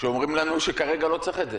שאומרים לנו שכרגע לא צריך את זה.